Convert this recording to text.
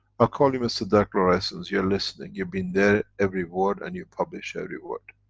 ah call you mr dirk laureyssens, you're listening, you're been there every word and you publish every word.